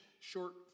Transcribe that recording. Short